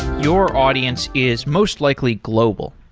your audience is most likely global.